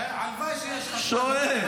הלוואי שיש חשמל, ואליד,